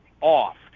off